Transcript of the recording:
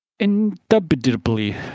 Indubitably